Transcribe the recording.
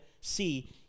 see